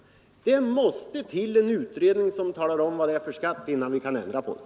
Det måste till en utredning som talar om vad det är för skatt innan vi kan ändra på den.